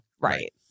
Right